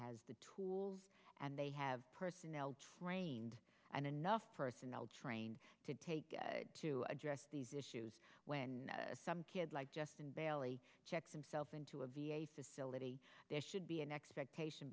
t the tools and they have personnel trained and enough personnel trained to take to address these issues when some kid like justin bailey checked himself into a v a facility there should be an expectation